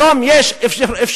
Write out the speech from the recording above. היום יש אפשרות,